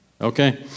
Okay